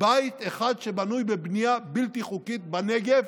בית אחד שבנוי בבנייה בלתי חוקית בנגב,